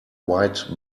white